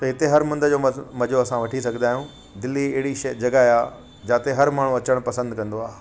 त हिते हर मुंदि जो म मजो असां वठी सघंदा आहियूं दिल्ली अहिड़ी शह जॻह आहे जाते हर माण्हू अचनि पसंदि कंदो आहे